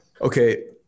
Okay